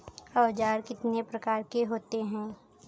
औज़ार कितने प्रकार के होते हैं?